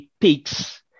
peaks